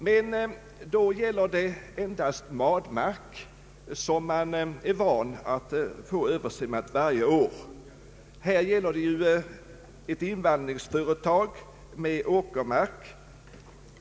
Men det är endast madmark, som man är van att få översvämmad varje år. Men i år har översvämningen drabbat invallad åkermark.